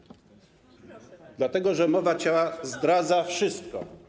Pytam, dlatego że mowa ciała zdradza wszystko.